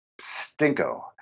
stinko